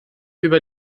über